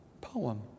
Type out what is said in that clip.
Poem